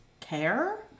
care